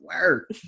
work